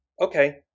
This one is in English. Okay